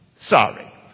Sorry